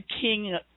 king